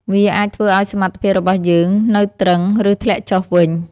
វាអាចធ្វើឱ្យសមត្ថភាពរបស់យើងនៅទ្រឹង ឬធ្លាក់ចុះវិញ។